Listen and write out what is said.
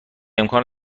امکان